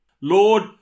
Lord